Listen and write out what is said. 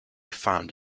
found